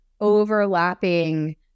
overlapping